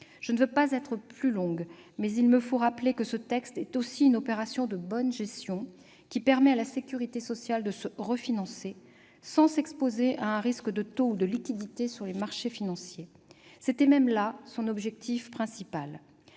Je ne veux pas être trop longue, mais il me faut rappeler que ce texte est aussi une opération de bonne gestion, qui permet à la sécurité sociale de se refinancer sans s'exposer à un risque de taux ou de liquidité sur les marchés financiers. C'était même là son objectif principal.